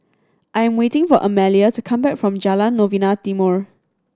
I am waiting for Amalia to come back from Jalan Novena Timor